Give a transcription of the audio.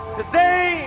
today